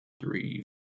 three